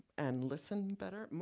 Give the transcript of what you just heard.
and listen better?